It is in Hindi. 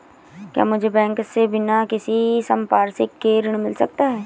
क्या मुझे बैंक से बिना किसी संपार्श्विक के ऋण मिल सकता है?